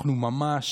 אנחנו ממש,